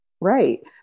Right